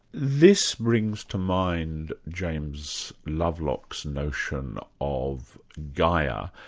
this brings to mind james lovelock's notion of gaia,